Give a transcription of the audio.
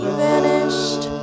vanished